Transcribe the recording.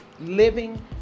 living